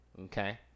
Okay